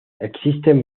existen